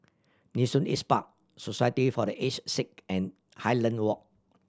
Nee Soon East Park Society for The Aged Sick and Highland Walk